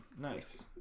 Nice